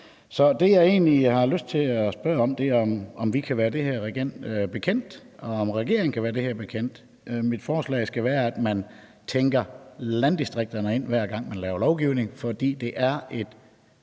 Det, jeg egentlig har lyst til at spørge om, er, om vi kan være det her bekendt, og om regeringen kan være det her bekendt. Mit forslag skal være, at man tænker landdistrikterne ind, hver gang man laver lovgivning, fordi det er et